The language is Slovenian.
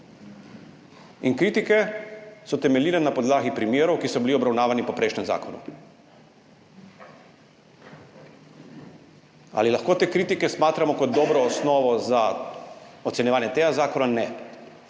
In kritike so temeljile na podlagi primerov, ki so bili obravnavani po prejšnjem zakonu. Ali lahko te kritike smatramo kot dobro osnovo za ocenjevanje tega zakona? Ne.